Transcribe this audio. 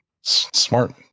Smart